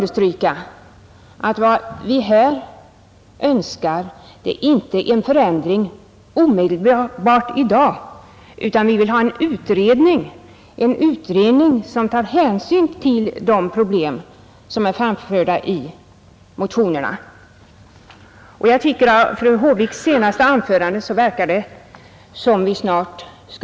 Det är klart att man teoretiskt kan räkna fram förskräckligt många år från 16 års ålder — herr Ringaby var också inne på det — men det är väldigt få ungdomar i Utbildningssverige som börjar förvärvsarbeta redan vid 16 år.